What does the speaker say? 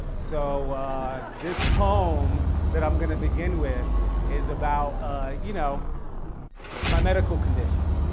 so this poem that i'm gonna begin with is about you know my medical condition,